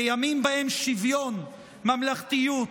לימים שבהם שוויון, ממלכתיות,